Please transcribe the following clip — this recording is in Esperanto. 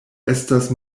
estas